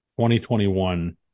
2021